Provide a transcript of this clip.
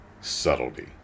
subtlety